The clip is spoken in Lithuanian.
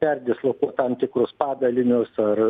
perdislokuot tam tikrus padalinius ar